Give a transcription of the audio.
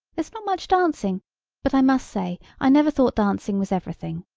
there's not much dancing but i must say i never thought dancing was everything.